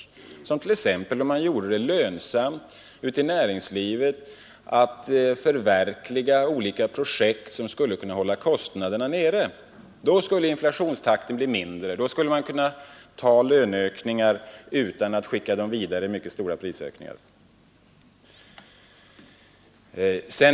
Man skulle t.ex. kunna göra det lönsamt för näringslivet att förverkliga olika projekt som skulle kunna hålla nere kostnaderna. Då skulle inflationstakten bli mindre, och då skulle man kunna ta löneökningar utan att detta behövde föranleda mycket stora prisstegringar.